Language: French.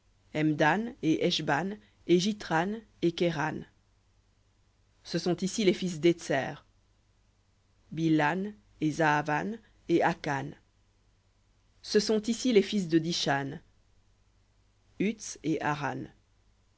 et keran ce sont ici les fils d'étser bilhan et zaavan et akan ce sont ici les fils de dishan uts et aran